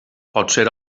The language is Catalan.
potser